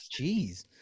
Jeez